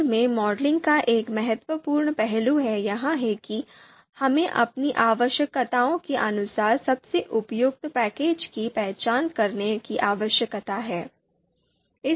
are में modelling का एक महत्वपूर्ण पहलू यह है कि हमें अपनी आवश्यकताओं के अनुसार सबसे उपयुक्त पैकेज की पहचान करने की आवश्यकता है